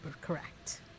correct